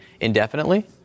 indefinitely